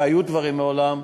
והיו דברים מעולם,